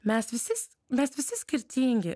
mes visi s mes visi skirtingi